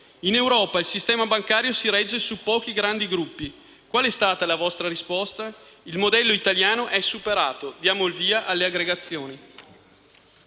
In Europa, poi, il sistema bancario si regge su pochi grandi gruppi. Qual è stata la vostra risposta? Il modello italiano è superato, diamo il via alle aggregazioni.